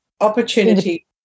opportunity